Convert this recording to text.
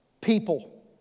People